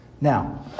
Now